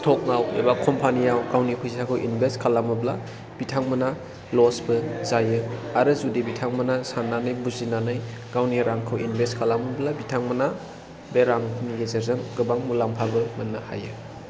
stock आव एबा company आव गावनि फैसाखौ इनभेस्ट खालामोब्ला बिथांमोना लस बो जायो आरो जुदि बिथांमोना साननानै बुजिनानै गावनि रांखौ इनभेस्ट खालामोब्ला बिथांमोना बे रांनि गेजेरजों गोबां मुलाम्फाबो मोननो हायो